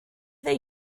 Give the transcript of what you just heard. they